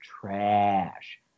trash